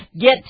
Get